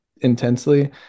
intensely